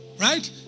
right